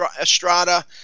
Estrada